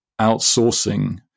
outsourcing